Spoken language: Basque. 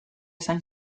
zain